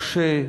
קשה,